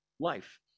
life